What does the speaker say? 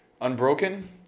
Unbroken